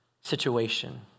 situation